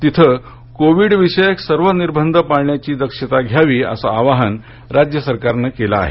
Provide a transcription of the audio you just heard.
तिथ कोविड विषयक सर्व निर्बंध पाळण्याची दक्षता घ्यावी अस आवाहन राज्य सरकारन केलं आहे